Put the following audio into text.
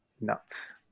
nuts